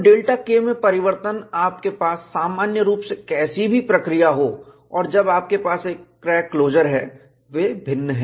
ΔK में परिवर्तन आपके पास सामान्य रूप से कैसी भी प्रक्रिया हो और जब आपके पास एक क्रैक क्लोजर है वे भिन्न है